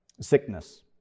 sickness